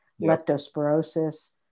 leptospirosis